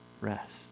rest